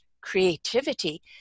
creativity